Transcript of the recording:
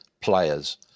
players